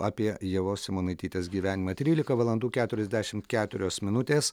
apie ievos simonaitytės gyvenimą trylika valandų keturiasdešimt keturios minutės